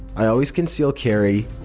i always conceal carry,